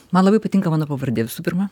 man labai patinka mano pavardė visų pirma